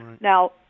now